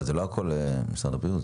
אבל לא הכול זה משרד הבריאות.